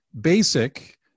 basic